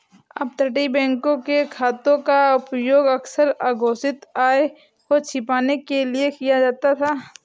अपतटीय बैंकों के खातों का उपयोग अक्सर अघोषित आय को छिपाने के लिए किया जाता था